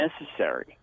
necessary